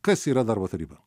kas yra darbo taryba